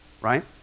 right